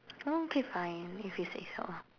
oh okay fine if you say so